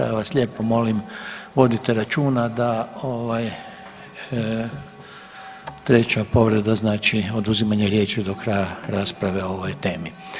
Ja vas lijepo molim da vodite računa da treća povreda znači oduzimanje riječi do kraja rasprave o ovoj temi.